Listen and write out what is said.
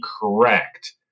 correct